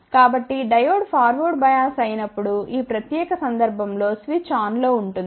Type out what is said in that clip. కాబట్టి diode forward bias అయినప్పుడు ఈ ప్రత్యేక సందర్భం లో స్విచ్ ఆన్లో ఉంటుంది